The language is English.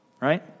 Right